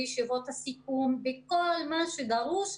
בישיבות הסיכום ובכל מה שדרוש.